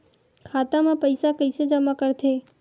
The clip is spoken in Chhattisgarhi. खाता म पईसा कइसे जमा करथे?